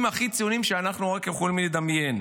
הנאומים הכי ציוניים שאנחנו רק יכולים לדמיין.